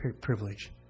privilege